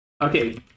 Okay